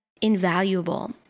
invaluable